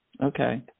Okay